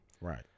Right